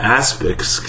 aspects